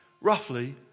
roughly